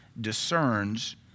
discerns